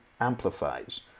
amplifies